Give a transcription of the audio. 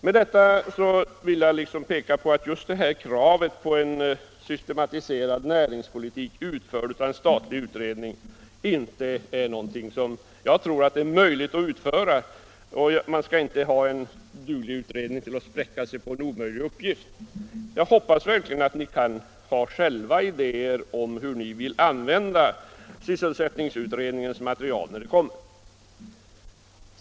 Med detta vill jag peka på att en systematiserad näringspolitik, utarbetad av en statlig utredning, inte är någonting som jag tror är möjligt att utföra. Och man skall inte ha en duglig utredning att spräcka sig på en omöjlig uppgift. Jag hoppas verkligen att ni själva har idéer om hur ni vill använda sysselsättningsutredningens material när det kommer.